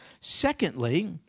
Secondly